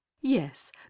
yes